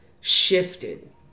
shifted